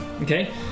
okay